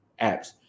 apps